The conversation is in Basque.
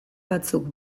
batzuk